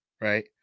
right